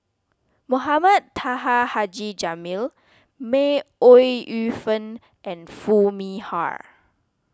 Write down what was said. Mohamed Taha Haji Jamil May Ooi Yu Fen and Foo Mee Har